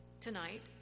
tonight